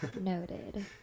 Noted